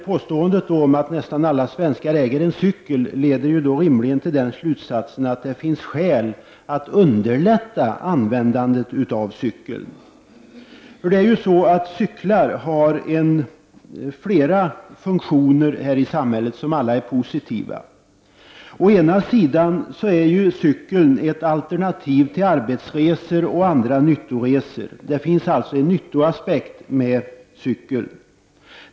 Påståendet att nästan alla svenskar äger en cykel leder rimligen till slutsatsen att det finns skäl att underlätta användandet av cykeln. Cyklar har flera funktioner här i samhället som alla är positiva. För det första är cykeln ett alternativ vid arbetsresor och andra nyttoresor. Det finns alltså en nyttoaspekt med cykeln.